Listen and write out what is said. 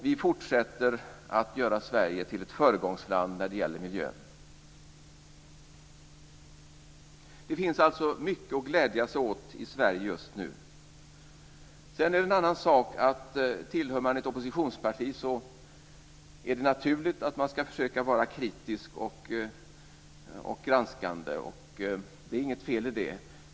Vi fortsätter att göra Sverige till ett föregångsland när det gäller miljön. Det finns alltså mycket att glädja sig åt i Sverige just nu. Sedan är det en annan sak att det är naturligt om man tillhör ett oppositionsparti att man ska försöka vara kritisk och granskande, och det är inget fel i det.